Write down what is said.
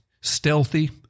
stealthy